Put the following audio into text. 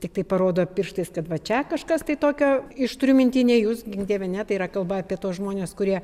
tiktai parodo pirštais kad va čia kažkas tai tokio iš turiu minty ne jūs gink dieve ne tai yra kalba apie tuos žmones kurie